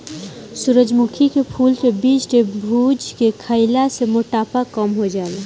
सूरजमुखी के फूल के बीज के भुज के खईला से मोटापा कम हो जाला